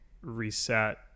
reset